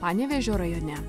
panevėžio rajone